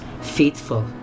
faithful